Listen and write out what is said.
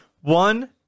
One